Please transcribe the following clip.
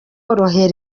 bantu